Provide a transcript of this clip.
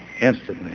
instantly